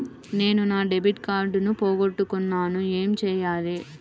నేను నా debit card పోగొట్టుకున్నాను ఏమి చేయాలి?